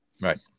Right